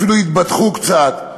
אפילו התבדחו קצת,